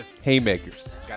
haymakers